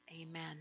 amen